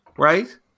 Right